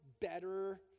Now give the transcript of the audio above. better